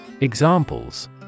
Examples